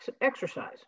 exercise